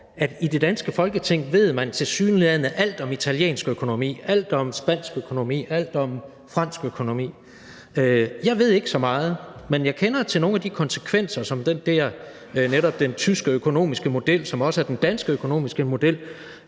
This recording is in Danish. i det danske Folketing tilsyneladende ved alt om italiensk økonomi, alt om spansk økonomi, alt om fransk økonomi. Jeg ved ikke så meget, men jeg kender til nogle af de konsekvenser, som netop den der tyske økonomiske model, som også er den danske økonomiske model,